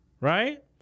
right